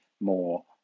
more